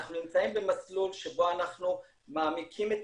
אנחנו נמצאים במסלול שבו אנחנו מעמיקים את